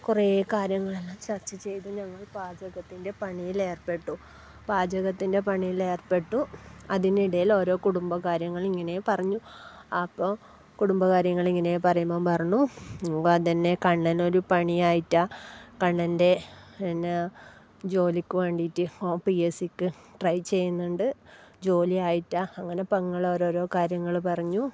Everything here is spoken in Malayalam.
കുറേ കാര്യങ്ങളെല്ലാം ചർച്ച ചെയ്തു ഞങ്ങൾ പാചകത്തിൻ്റെ പണിയിലേർപ്പെട്ടു പാചകത്തിൻ്റെ പണിയിലേർപ്പെട്ടു അതിനിടയിൽ ഓരോ കുടുംബകാര്യങ്ങൾ ഇങ്ങനെ പറഞ്ഞു അപ്പോൾ കുടുംബകാര്യങ്ങൾ ഇങ്ങനെ പറയുമ്പോൾ പറഞ്ഞു അത് തന്നെ കണ്ണനൊരു പണി ആയിട്ടില്ല കണ്ണൻ്റെ പിന്നെ ജോലിക്ക് വേണ്ടിയിട്ട് ഓൻ പി എസ സിക്ക് ട്രൈ ചെയ്യുന്നുണ്ട് ജോലി ആയിട്ടില്ല അങ്ങനെ പെങ്ങൾ ഓരോ ഓരോ കാര്യങ്ങൾ പറഞ്ഞു